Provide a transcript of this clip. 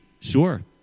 Sure